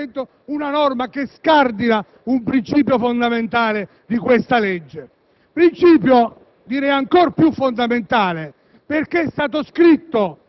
blindato, con un maxiemendamento, una norma che scardina un principio fondamentale di questa legge; principio, direi, ancor più fondamentale